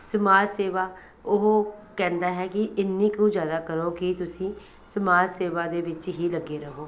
ਸਮਾਜ ਸੇਵਾ ਉਹ ਕਹਿੰਦਾ ਹੈ ਕਿ ਇੰਨੀ ਕੁ ਜ਼ਿਆਦਾ ਕਰੋ ਕਿ ਤੁਸੀਂ ਸਮਾਜ ਸੇਵਾ ਦੇ ਵਿੱਚ ਹੀ ਲੱਗੇ ਰਹੋ